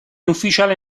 ufficiale